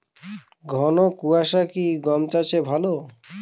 ঘন কোয়াশা কি গম চাষে ভালো?